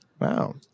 Wow